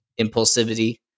impulsivity